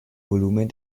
volumen